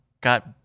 got